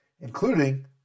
Including